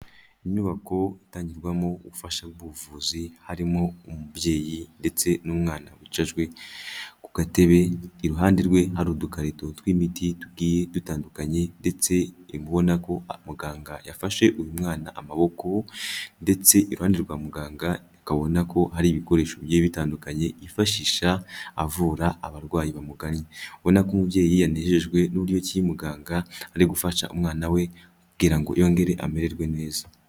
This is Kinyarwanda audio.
Inyubako itangirwamo ubufasha bw'ubuvuzi, harimo umubyeyi ndetse n'umwana wicajwe, ku gatebe iruhande rwe hari udukarito tw'imiti tugiye dutandukanye, ndetse mubona ko muganga yafashe uyu mwana amaboko, ndetse iruhande rwa muganga ukabona ko hari ibikoresho bigiye bitandukanye, yifashisha avura abarwayi bamugannye. Ubona ko umubyeyi yanejejwe n'uburyo ki muganga ari gufasha umwana we, amubwira ngo yongere amererwe neza.